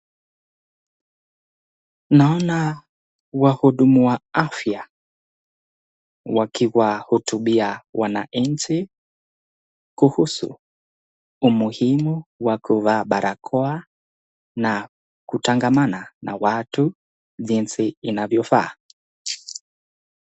Naona wahudumu wa afya wakiwahutubia wananchi kuhusu umuhimu wakuvaa barakao na kutangamana na watu jinsi inavyofaa.